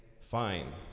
fine